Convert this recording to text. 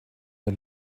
der